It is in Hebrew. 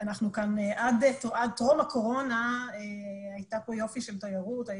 עד טרום הקורונה הייתה פה יופי של תיירות,